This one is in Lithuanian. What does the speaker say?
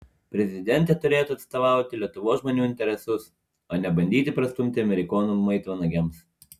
prezidentė turėtų atstovauti lietuvos žmonių interesus o ne bandyti prastumti amerikonų maitvanagiams